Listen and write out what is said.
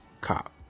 cop